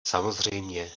samozřejmě